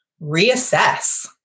reassess